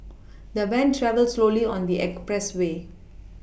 the van travelled slowly on the expressway